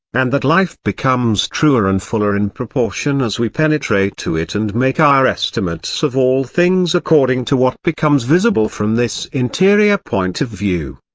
and that life becomes truer and fuller in proportion as we penetrate to it and make our estimates of all things according to what becomes visible from this interior point of view.